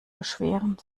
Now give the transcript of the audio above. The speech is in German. beschweren